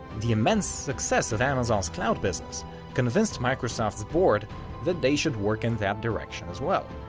the immense success of amazon's cloud business convinced microsoft's board that they should work in that direction as well,